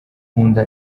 nkunda